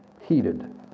heated